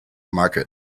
market